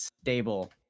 stable